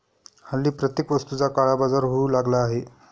हल्ली प्रत्येक वस्तूचा काळाबाजार होऊ लागला आहे